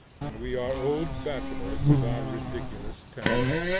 and we are old bachelors with our ridiculous tenderness.